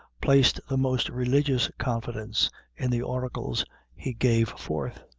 placed the most religious confidence in the oracles he gave forth.